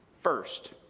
first